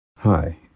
Hi